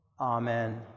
Amen